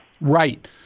Right